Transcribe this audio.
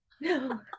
no